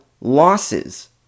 losses